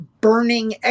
burning